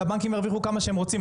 שהבנקים ירוויחו כמה שהם רוצים.